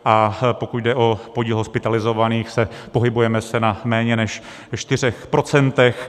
A pokud jde o podíl hospitalizovaných, pohybujeme se na méně než 4 %.